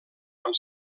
amb